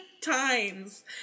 times